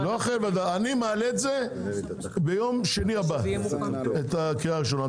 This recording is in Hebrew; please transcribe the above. אני מעלה ביום שני הבא בקריאה ראשונה.